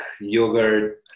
yogurt